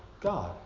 God